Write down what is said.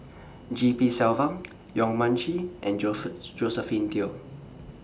G P Selvam Yong Mun Chee and Josephine Teo